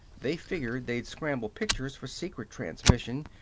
they figured they'd scramble pictures for secret transmission,